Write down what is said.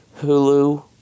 Hulu